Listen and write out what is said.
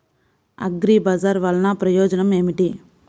అగ్రిబజార్ వల్లన ప్రయోజనం ఏమిటీ?